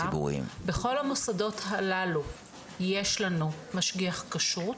בכל המוסדות הללו יש לנו משגיח כשרות